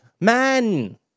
man